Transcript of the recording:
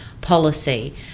policy